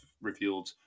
revealed